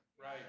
Right